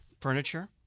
Furniture